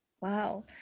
Wow